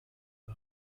the